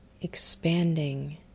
expanding